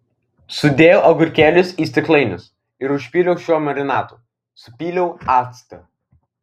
sudėjau agurkėlius į stiklainius ir užpyliau šiuo marinatu supyliau actą